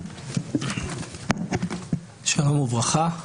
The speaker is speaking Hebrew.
שלום וברכה.